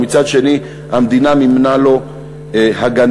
ומצד שני המדינה מימנה לו הגנה.